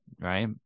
right